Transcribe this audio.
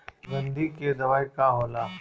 गंधी के दवाई का होला?